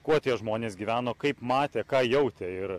kuo tie žmonės gyveno kaip matė ką jautė ir